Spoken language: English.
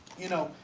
you know,